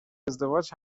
ازدواج